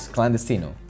Clandestino